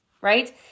right